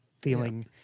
feeling